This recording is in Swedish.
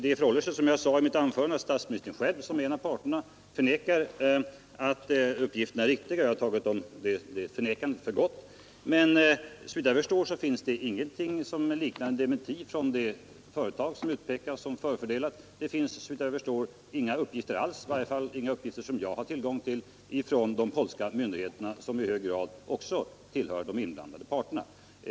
Det förhåller sig, som jag sade förut, så att statsministern själv som en av parterna förnekar att uppgifterna är riktiga och jag har tagit det förnekandet för gott. Men såvitt jag förstår finns det ingenting som liknar en dementi från det företag som utpekats såsom förfördelat. Det finns såvitt jag förstår inte heller några uppgifter — i varje fall inga som jag har tillgång till — från de polska myndigheterna, vilka i hög grad också tillhör de inblandade parterna.